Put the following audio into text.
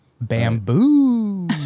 Bamboo